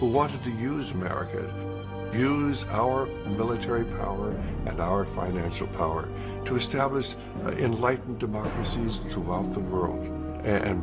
who wanted to use america use our military power and our financial power to establish the enlightened democracies throughout the world